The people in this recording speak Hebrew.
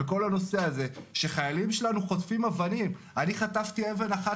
וכל הנושא הזה שהחיילים שלנו חוטפים אבנים אני חטפתי אבן אחת.